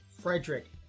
Frederick